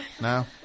No